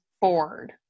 bored